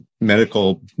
medical